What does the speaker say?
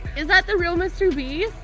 is that the real mr. beast?